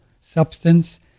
substance